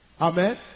Amen